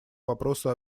вопросу